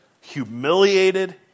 humiliated